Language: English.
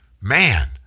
Man